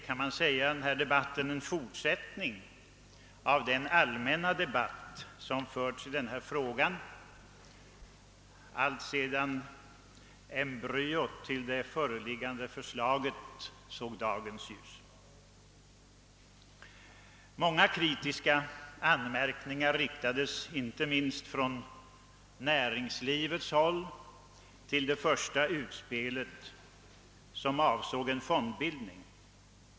Man kan säga att denna debatt är en fortsättning på den allmänna debatt som förts i denna fråga alltsedan embryot till det föreliggande förslaget såg dagens ljus. Många kritiska anmärkningar riktades, inte minst från näringslivet, mot det första utspelet som avsåg en fondbildning.